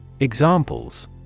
Examples